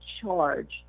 charge